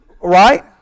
Right